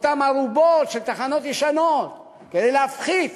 אותן ארובות של תחנות ישנות כדי להפחית